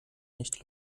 nicht